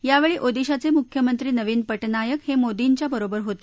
यावेळी ओदिशाचे मुख्यमंत्री नवीन पटनायक हे मोदींच्या बरोबर होते